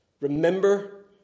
remember